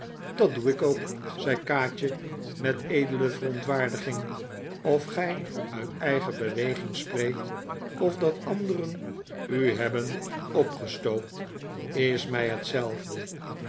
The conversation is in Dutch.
dat doe ik ook zei kaatje met edele verontwaardiging of gij uit eigen beweging spreekt of dat anderen u hebben opgestookt is mij hetzelfde